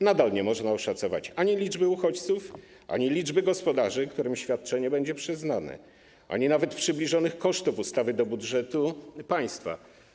Nadal nie można oszacować ani liczby uchodźców, ani liczby gospodarzy, którym świadczenie będzie przyznane, ani nawet przybliżonych kosztów ustawy dla budżetu państwa.